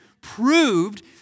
proved